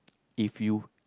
if you